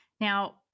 Now